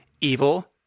evil